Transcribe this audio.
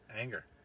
anger